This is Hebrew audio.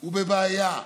הוא בבעיה,